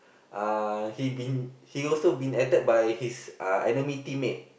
uh he been he also been attack by his uh enemy teammate